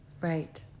Right